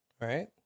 right